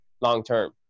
long-term